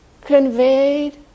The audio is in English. conveyed